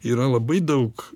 yra labai daug